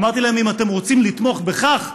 אמרתי להם: אם אתם רוצים לתמוך בכך,